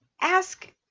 Ask